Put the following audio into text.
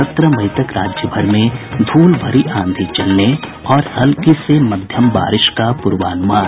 सत्रह मई तक राज्यभर में धूल भरी आंधी चलने और हल्की से मध्यम बारिश का पूर्वानुमान